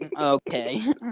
Okay